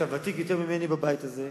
אתה ותיק ממני בבית הזה.